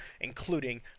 including